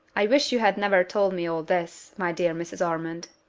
i wish you had never told me all this, my dear mrs. ormond.